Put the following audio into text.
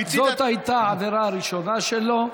זאת הייתה העבירה ראשונה שלו,